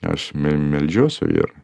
aš me meldžiuosi ir